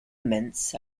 mints